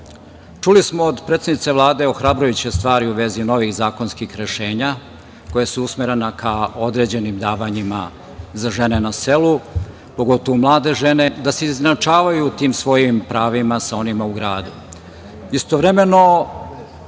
Čuli smo od predsednice Vlade ohrabrujuće stvari u vezi novih zakonskih rešenja koja su usmerena ka određenim davanjima za žene na selu, pogotovo mlade žene, da se izjednačavaju u tim svojim pravima sa onima u gradu. Istovremeno